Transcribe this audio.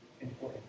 important